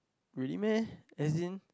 really meh as in